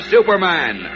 Superman